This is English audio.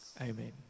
Amen